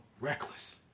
reckless